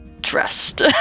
dressed